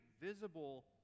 visible